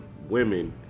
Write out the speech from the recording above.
women